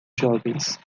jovens